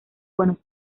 buenos